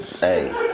Hey